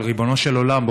אבל ריבונו של עולם,